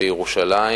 בירושלים